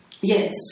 yes